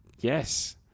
Yes